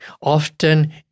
Often